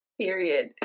Period